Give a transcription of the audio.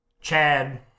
Chad